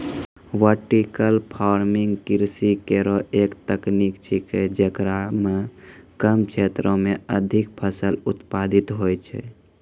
vertical farming कृषि केरो एक तकनीक छिकै, जेकरा म कम क्षेत्रो में अधिक फसल उत्पादित होय छै